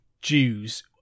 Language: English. Jews